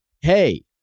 hey